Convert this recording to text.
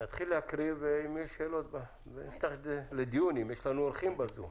נתחיל להקריא ונפתח לדיון אם יש לנו אורחים בזום.